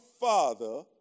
father